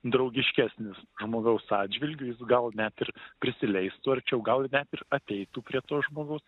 draugiškesnis žmogaus atžvilgiu jis gal net ir prisileistų arčiau gal ir ateitų prie to žmogaus